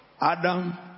Adam